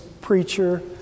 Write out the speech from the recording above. preacher